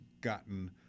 gotten